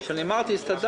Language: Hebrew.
כשאני אומר שהסתדרתי